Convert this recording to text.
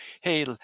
Hey